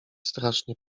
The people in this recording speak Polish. strasznie